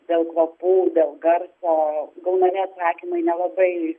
dėl kvapų dėl garso gaunami atsakymai nelabai